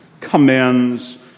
commends